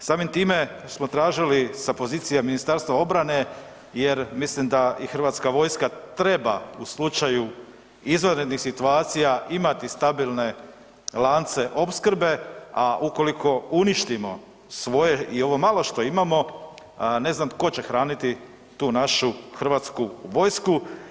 Samim time smo tražili sa pozicije Ministarstva obrane jer misli da i hrvatska vojska treba u slučaju izvanrednih situacija imati stabilne lance opskrbe, a ukoliko uništimo svoje i ovo malo što imamo ne znam tko će hraniti tu našu Hrvatsku vojsku.